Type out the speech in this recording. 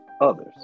others